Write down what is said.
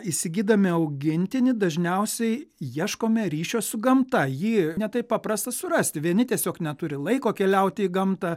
įsigydami augintinį dažniausiai ieškome ryšio su gamta jį ne taip paprasta surasti vieni tiesiog neturi laiko keliauti į gamtą